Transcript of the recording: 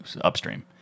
upstream